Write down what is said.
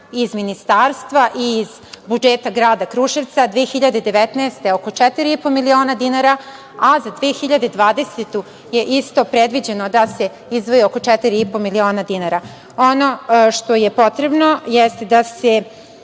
iz ministarstva i iz budžeta grada Kruševca, 2019. godine oko 4,5 miliona dinara, a za 2020. godinu je isto predviđeno da se izdvoji oko 4,5 miliona dinara. Ono što je potrebno jeste da se